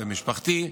ומשפחתי,